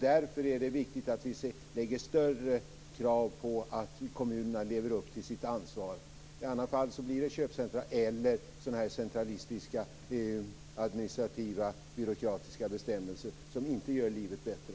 Därför är det viktigt att vi ställer större krav på att kommunerna lever upp till sitt ansvar. I annat fall blir det köpcentrum. Centralistiska administrativa och byråkratiska bestämmelser gör inte livet bättre.